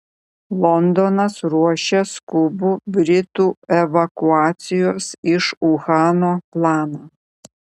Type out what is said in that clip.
londonas ruošia skubų britų evakuacijos iš uhano planą